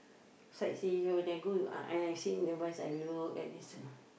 sightsee here then go I I sit in the bus I look at this uh